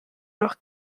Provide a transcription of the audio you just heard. noch